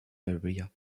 area